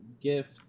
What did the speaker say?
gift